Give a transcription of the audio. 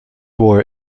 war